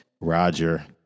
Roger